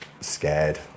scared